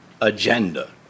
agenda